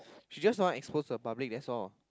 she just don't want to expose to the public that's all